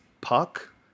puck